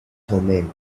thummim